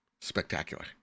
spectacular